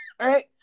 right